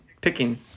Picking